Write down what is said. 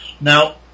Now